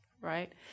right